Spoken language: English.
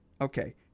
Okay